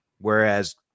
Whereas